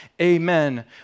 Amen